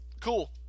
Cool